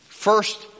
First